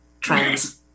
trans